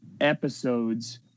episodes